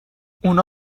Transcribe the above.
اونا